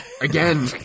Again